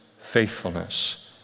faithfulness